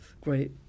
great